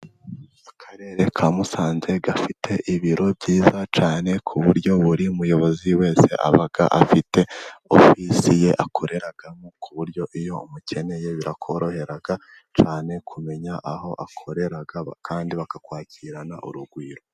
Akarere ka musanze gafite ibiro byiza cyane, ku buryo buri muyobozi wese aba afite ofisi ye akoreramo. Ku buryo iyo umukeneye birakorohera cyane kumenya aho bakorera kandi bakakwakirana urugwiro.